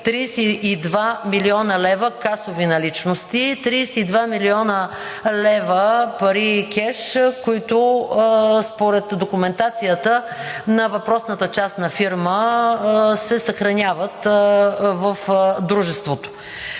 32 млн. лв. касови наличности. 32 млн. лв. пари кеш, които според документацията на въпросната частна фирма се съхраняват в дружеството!